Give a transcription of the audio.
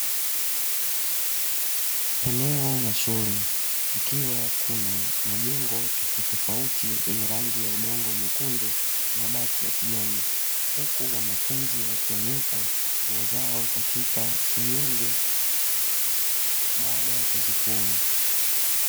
Eneo la shule ukiwa kuna majengo tuna tofauti yenye rangi ya udongo mwekundu mabati ya kijani, huku wanafunzi wakianika nguo zao katika senyenge baada ya kuzifua.